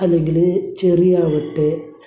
അല്ലെങ്കിൽ ചെറിയാവട്ടെ